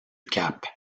cap